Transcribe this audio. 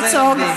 בוז'י הרצוג.